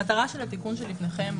המטרה של התיקון שלפניכם,